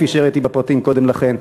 כפי שהראיתי בפרטים קודם לכן.